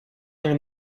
nel